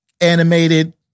animated